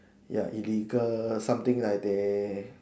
ya illegal something like there